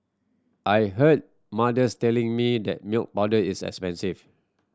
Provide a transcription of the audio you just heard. I hear mothers telling me that milk powder is expensive